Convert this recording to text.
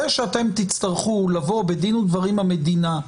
זה שאתם תצטרכו לבוא בדין ודברים עם המדינה,